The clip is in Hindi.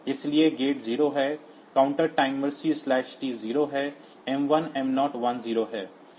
इसलिए गेट 0 है काउंटर टाइमर 0 है m1 m0 10 है